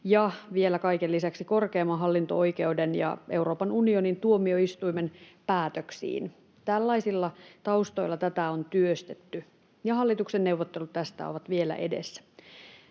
ja vielä kaiken lisäksi korkeimman hallinto-oikeuden ja Euroopan unionin tuomioistuimen päätöksiin. Tällaisilla taustoilla tätä on työstetty, ja hallituksen neuvottelut tästä ovat vielä edessä.